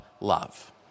love